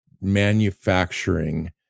manufacturing